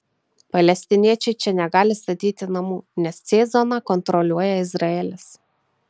palestiniečiai čia negali statyti namų nes c zoną kontroliuoja izraelis